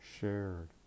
shared